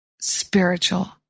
spiritual